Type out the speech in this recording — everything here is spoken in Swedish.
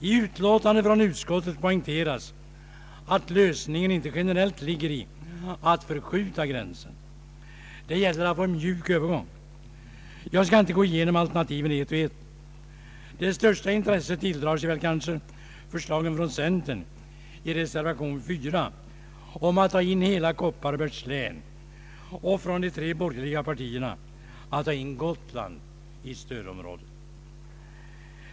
I utlåtandet från utskottet poängteras att lösningen inte generellt ligger i att förskjuta gränsen. Det gäller att få en mjuk övergång. Jag skall inte gå igenom alternativen ett och ett. Det största intresset tilldrar sig kanske förslagen från centern i reservation 4 om att ta in hela Kopparbergs län och från de tre borgerliga partierna att ta in Gotland i stödområdet.